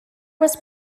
was